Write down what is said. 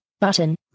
Button